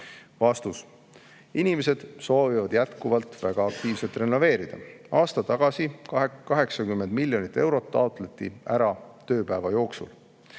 Vastus. Inimesed soovivad jätkuvalt väga aktiivselt renoveerida. Aasta tagasi taotleti 80 miljonit eurot ära tööpäeva jooksul.